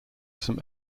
some